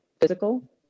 physical